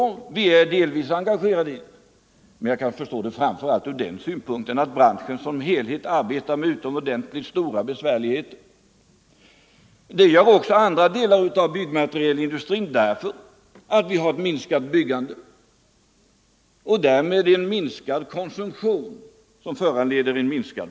Vi är visserligen redan delvis enga Fredagen den gerade, men vad jag vill peka på är att byggbranschen som helhet arbetar 29 november 1974 under utomordentligt stora besvärligheter. Det är också fallet med stora = delar av byggmaterialindustrin. I och med att byggandet har gått ned Om förstatligande har också byggmaterialproduktionen minskat.